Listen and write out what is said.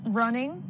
running